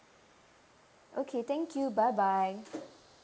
okay thank you bye bye